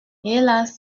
hélas